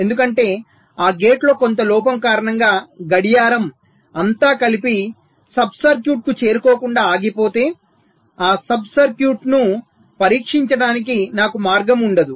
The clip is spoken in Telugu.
ఎందుకంటే ఆ గేట్లో కొంత లోపం కారణంగా గడియారం అంతా కలిసి సబ్ సర్క్యూట్కు చేరుకోకుండా ఆగిపోతే ఆ సబ్ సర్క్యూట్ను పరీక్షించడానికి నాకు మార్గం ఉండదు